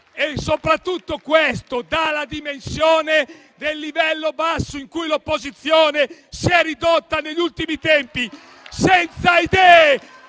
Soprattutto, questo dà la dimensione del livello basso in cui l'opposizione si è ridotta negli ultimi tempi: senza idee,